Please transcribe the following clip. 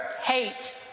hate